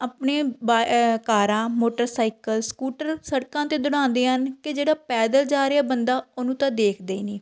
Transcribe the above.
ਆਪਣੇ ਬਾ ਕਾਰਾਂ ਮੋਟਰਸਾਈਕਲ ਸਕੂਟਰ ਸੜਕਾਂ 'ਤੇ ਦੌੜਾਉਂਦੇ ਹਨ ਕਿ ਜਿਹੜਾ ਪੈਦਲ ਜਾ ਰਿਹਾ ਬੰਦਾ ਉਹਨੂੰ ਤਾਂ ਦੇਖਦੇ ਹੀ ਨਹੀਂ